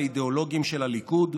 האידיאולוגים של הליכוד,